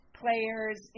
players